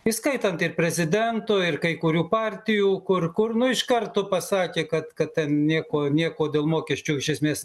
įskaitant ir prezidento ir kai kurių partijų kur kur nu iš karto pasakė kad kad ten nieko nieko dėl mokesčių iš esmės